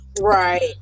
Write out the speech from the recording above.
Right